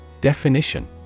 Definition